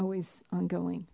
always ongoing